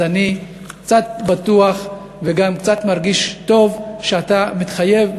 אז אני קצת בטוח וגם קצת מרגיש טוב שאתה מתחייב,